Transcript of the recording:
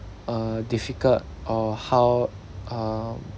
uh difficult or how um